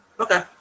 Okay